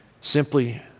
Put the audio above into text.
simply